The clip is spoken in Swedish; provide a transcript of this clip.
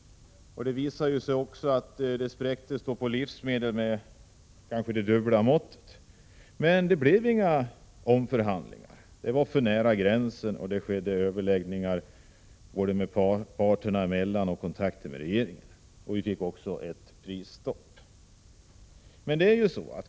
Det visade sig att inflationen vad gäller livsmedel var dubbelt så hög. Men den slutliga siffran för inflationen låg för nära gränsen och det blev inga omförhandlingar om lönerna. Detta beslutades efter det att överläggningar ägt rum både parterna emellan och i kontakter med regeringen. Ett prisstopp infördes också.